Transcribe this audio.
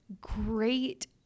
great